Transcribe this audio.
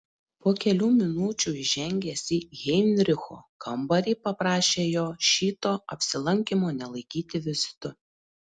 po kelių minučių įžengęs į heinricho kambarį paprašė jo šito apsilankymo nelaikyti vizitu